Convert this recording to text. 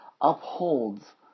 upholds